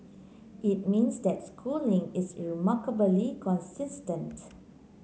it means that Schooling is remarkably consistent